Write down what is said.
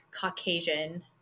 Caucasian